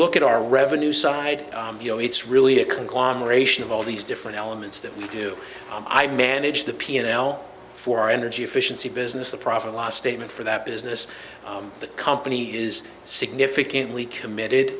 look at our revenue side you know it's really a conglomeration of all these different elements that we do i manage the p and l for energy efficiency business the profit loss statement for that business the company is significantly committed